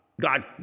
God